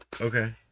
Okay